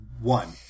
One